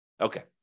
Okay